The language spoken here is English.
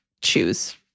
choose